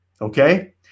okay